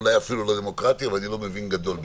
אולי אפילו לא דמוקרטי אני לא מבין גדול בזה,